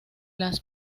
las